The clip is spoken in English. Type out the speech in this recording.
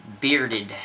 bearded